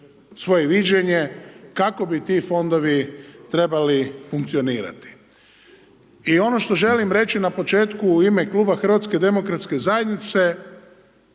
svoje viđenje kako bi ti fondovi trebali funkcionirati. I ono što želim reći na početku u ime kluba HDZ-a ustvari svima nama